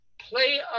play